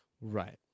right